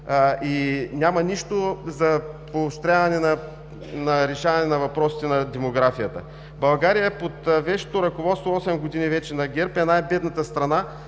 и няма нищо за поощряване и решаване на въпросите на демографията. България, под вещото ръководство осем години вече на ГЕРБ, е най-бедната страна,